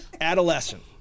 Adolescent